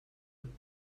going